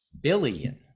billion